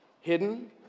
Hidden